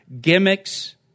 gimmicks